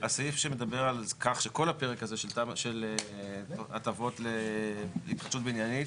הסעיף שמדבר על כך שכל הפרק הזה של הטבות להתחדשות בניינית,